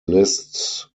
lists